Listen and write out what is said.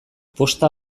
posta